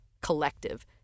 collective